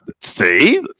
See